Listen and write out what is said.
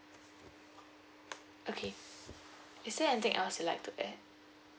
okay is there anything else you like to add